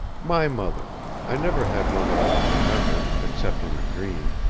my mother i never had one that i can remember, except in a dream.